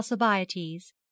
alcibiades